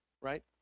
Right